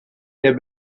der